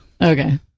Okay